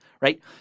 right